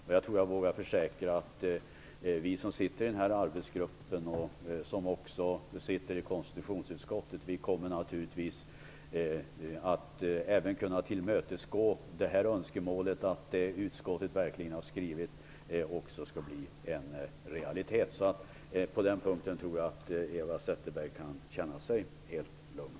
Jag tror att jag vågar försäkra att vi som sitter i arbetsgruppen och också sitter i konstitutionsutskottet naturligtvis kommer att även kunna tillmötesgå önskemålet att det utskottet skrivit verkligen skall bli en realitet. På den punkten tror jag att Eva Zetterberg kan känna sig helt lugn.